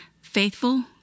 faithful